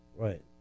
Right